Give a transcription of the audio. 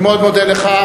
אני מאוד מודה לך.